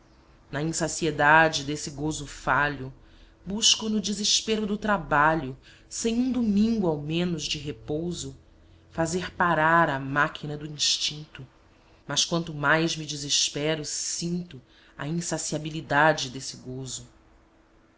infinito na insaciedade desse gozo falho busco no desespero do trabalho sem um domingo ao menos de repouso fazer parar a máquina do instinto mas quanto mais me desespero sinto a insaciabilidade desse